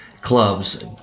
clubs